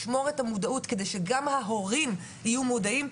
צריך לשמור את המודעות כדי שגם ההורים יהיו מודעים.